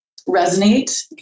resonate